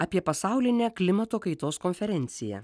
apie pasaulinę klimato kaitos konferenciją